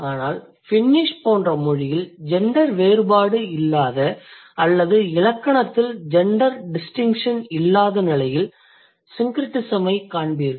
ஆனால் பின்னிஷ் போன்ற மொழியில் ஜெண்டர் வேறுபாடு இல்லாத அல்லது இலக்கணத்தில் ஜெண்டர் டிஸ்டின்க்ஷன் இல்லாத நிலையில் syncretismஐக் காண்பீர்கள்